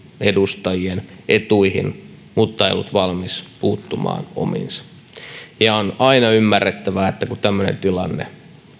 edustajien etuihin mutta ei ollut valmis puuttumaan omiinsa on aina ymmärrettävää että kun tämmöinen tilanne